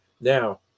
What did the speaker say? Now